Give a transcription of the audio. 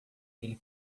ele